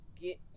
get